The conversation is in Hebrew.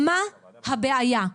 מה הבעיה?